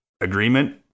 agreement